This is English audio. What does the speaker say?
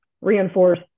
reinforce